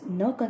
no